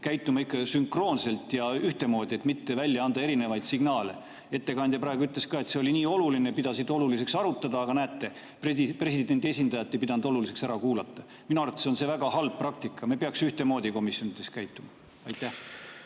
käituma ikkagi sünkroonselt ja ühtemoodi, et mitte välja anda erinevaid signaale? Ettekandja praegu ütles ka, et see oli nii oluline, et nad pidasid oluliseks seda arutada, aga näete, presidendi esindajat ei pidanud oluliseks ära kuulata. Minu arvates on see väga halb praktika. Me peaks komisjonides ühtemoodi käituma. Aitäh!